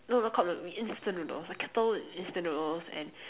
no not cup noodles instant noodles a kettle instant noodles and